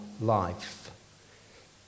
life